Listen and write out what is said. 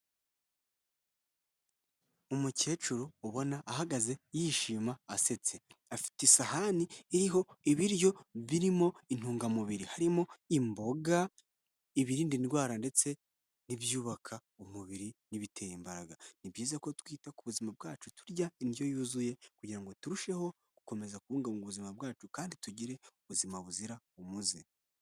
Umukecuru ubona ahagaze yishima asetse, afite isahani iriho ibiryo birimo intungamubiri, harimo imboga, ibirinda indwara ndetse n'ibyubaka umubiri n'ibitera imbaraga, ni byiza ko twita ku buzima bwacu turya indyo yuzuye kugira ngo turusheho gukomeza kubungabunga ubuzima bwacu kandi tugire ubuzima buzira umuze.